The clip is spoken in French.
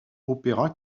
opéra